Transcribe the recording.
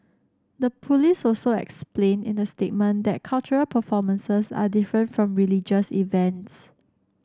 the police also explained in the statement that cultural performances are different from religious events